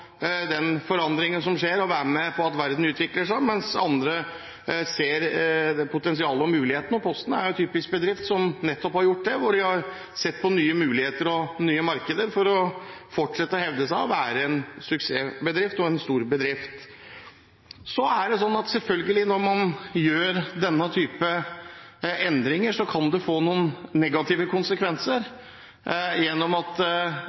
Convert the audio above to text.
den forandringen som skjer, og være med på at verden utvikler seg, mens andre ser potensialet og muligheten. Posten er en typisk bedrift som nettopp har gjort det, hvor de har sett på nye muligheter og nye markeder for å fortsette å hevde seg og være en suksessbedrift og en stor bedrift. Det er selvfølgelig sånn at når man gjør denne type endringer, kan det få noen negative konsekvenser når ikke alt lenger er som det var før. Det betyr at